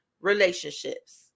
relationships